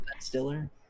Stiller